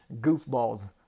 goofballs